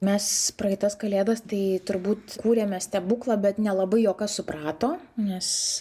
mes praeitas kalėdas tai turbūt kūrėme stebuklą bet nelabai jo kas suprato nes